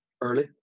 early